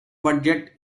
budget